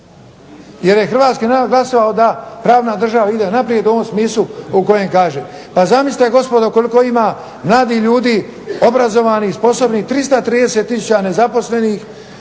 jer je hrvatski narod glasovao da pravna država ide naprijed u ovom smislu u kojem kaže. Pa zamisliste gospodo koliko ima mladih ljudi, obrazovanih, sposobnih 330000 nezaposlenih